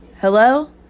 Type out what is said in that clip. Hello